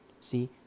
See